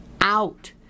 out